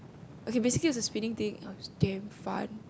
okay basically it's the spinning thing it was damn fun